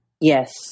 Yes